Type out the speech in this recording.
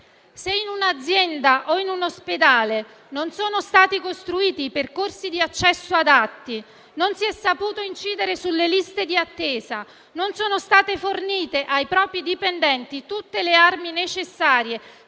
Se in un'azienda o in un ospedale non sono stati costruiti percorsi di accesso adatti, non si è saputo incidere sulle liste di attesa, non sono state fornite ai propri dipendenti tutte le armi necessarie